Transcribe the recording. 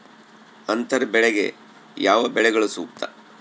ಅಂತರ ಬೆಳೆಗೆ ಯಾವ ಬೆಳೆಗಳು ಸೂಕ್ತ?